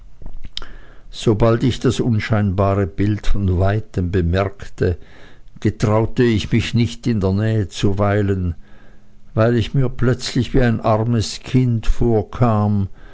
sobald ich das unscheinbare bild von weitem bemerkte getraute ich mich nicht in der nähe zu weilen weil ich mir plötzlich wie ein armes kind vorkam